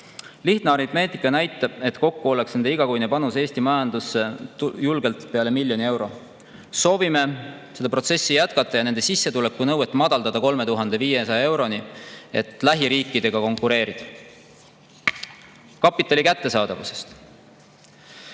Lihtne aritmeetika näitab, et kokku oleks nende igakuine panus Eesti majandusse julgelt peale miljoni euro. Soovime seda protsessi jätkata ja nende sissetulekunõuet madaldada 3500 euroni, et lähiriikidega konkureerida. Kapitali kättesaadavusest.